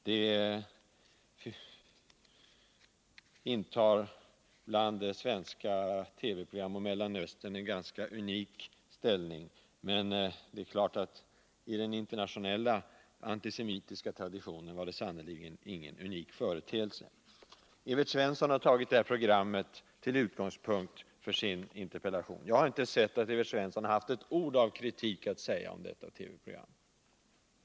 Det intar bland svenska TV-program om Mellanöstern en ganska unik ställning. Men i den internationella antisemitiska traditionen var det sannerligen ingen ovanlig företeelse. Evert Svensson har tagit det här programmet till utgångspunkt för sin interpellation. Jag har inte noterat att Evert Svensson haft ett ord av kritik att säga om detta TV-program.